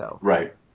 Right